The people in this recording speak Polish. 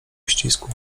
uścisku